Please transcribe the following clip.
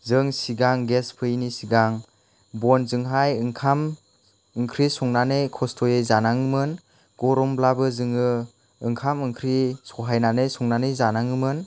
जों सिगां गेस फैयैनि सिगां बनजोंहाय ओंखाम ओंख्रि संनानै खस्थ'यै जानाङोमोन गरमब्लाबो जोङो ओंखाम ओंख्रि सहायनानै संनानै जानाङोमोन